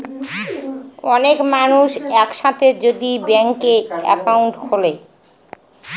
অনেক মানুষ এক সাথে যদি ব্যাংকে একাউন্ট খুলে